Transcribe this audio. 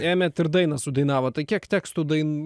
ėmėt ir dainą sudainavot tai kiek tekstų dainų